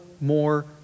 more